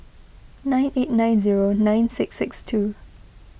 nine eight nine zero nine six six two